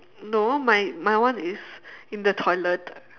no my my one is in the toilet